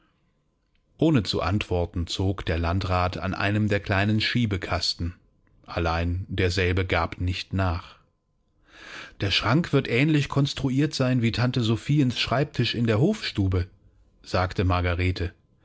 ohne zu antworten zog der landrat an einem der kleinen schiebekasten allein derselbe gab nicht nach der schrank wird ähnlich konstruiert sein wie tante sophiens schreibtisch in der hofstube sagte margarete